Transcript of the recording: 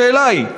השאלה היא: